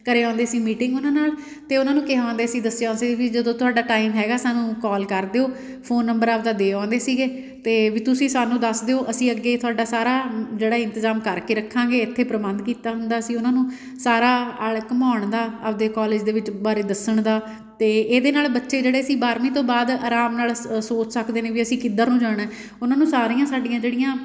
ਕਰ ਆਉਂਦੇ ਸੀ ਮੀਟਿੰਗ ਉਹਨਾਂ ਨਾਲ ਅਤੇ ਉਹਨਾਂ ਨੂੰ ਕਹਿ ਆਉਂਦੇ ਸੀ ਦੱਸ ਆਉਂਦੇ ਸੀ ਵੀ ਜਦੋਂ ਤੁਹਾਡਾ ਟਾਈਮ ਹੈਗਾ ਸਾਨੂੰ ਕੋਲ ਕਰ ਦਿਓ ਫੋਨ ਨੰਬਰ ਆਪਣਾ ਦੇ ਆਉਂਦੇ ਸੀਗੇ ਅਤੇ ਵੀ ਤੁਸੀਂ ਸਾਨੂੰ ਦੱਸ ਦਿਓ ਅਸੀਂ ਅੱਗੇ ਤੁਹਾਡਾ ਸਾਰਾ ਜਿਹੜਾ ਇੰਤਜ਼ਾਮ ਕਰਕੇ ਰੱਖਾਂਗੇ ਇੱਥੇ ਪ੍ਰਬੰਧ ਕੀਤਾ ਹੁੰਦਾ ਸੀ ਉਹਨਾਂ ਨੂੰ ਸਾਰਾ ਆਲ ਘੁਮਾਉਣ ਦਾ ਆਪਣੇ ਕੋਲਜ ਦੇ ਵਿੱਚ ਬਾਰੇ ਦੱਸਣ ਦਾ ਅਤੇ ਇਹਦੇ ਨਾਲ ਬੱਚੇ ਜਿਹੜੇ ਸੀ ਬਾਰਵੀਂ ਤੋਂ ਬਾਅਦ ਅਰਾਮ ਨਾਲ ਸ ਸੋਚ ਸਕਦੇ ਨੇ ਵੀ ਅਸੀਂ ਕਿੱਧਰ ਨੂੰ ਜਾਣਾ ਉਹਨਾਂ ਨੂੰ ਸਾਰੀਆਂ ਸਾਡੀਆਂ ਜਿਹੜੀਆਂ